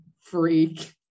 freak